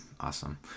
awesome